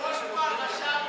פולקמן, רשמנו.